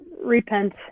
repent